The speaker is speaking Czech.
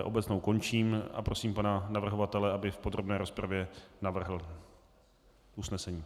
Obecnou končím a prosím pana navrhovatele, aby v podrobné rozpravě navrhl usnesení.